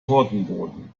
tortenboden